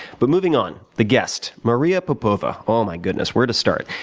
but moving on the guest, maria popova, oh, my goodness. where to start?